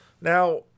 Now